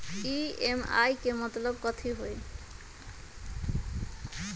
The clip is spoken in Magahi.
ई.एम.आई के मतलब कथी होई?